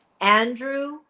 Andrew